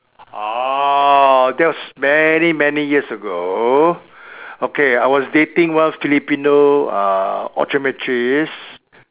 ah that's many many years ago okay I was dating one Filipino uh optometrist